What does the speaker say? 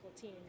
team